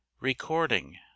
Recording